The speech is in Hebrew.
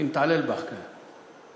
אני מתעלל בך כאן,